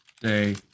day